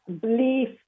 belief